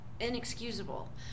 inexcusable